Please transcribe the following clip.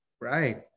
right